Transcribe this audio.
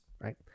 right